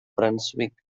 brunswick